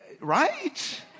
Right